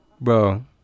Bro